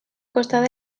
costat